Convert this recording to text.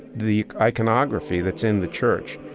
the iconography that's in the church.